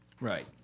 Right